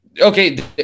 Okay